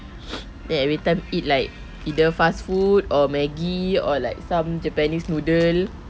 then every time eat like either fast food or Maggi or like some japanese noodle